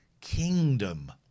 Kingdom